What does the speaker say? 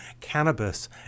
cannabis